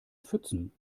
pfützen